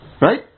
Right